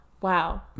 Wow